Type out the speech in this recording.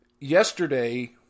yesterday